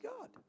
God